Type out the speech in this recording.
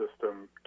system